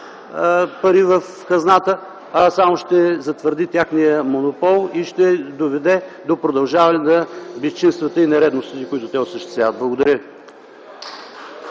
пари в хазната, а само ще затвърди техния монопол и ще доведе до продължаване на безчинствата и нередностите, които те осъществяват. Благодаря.